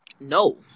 No